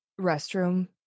restroom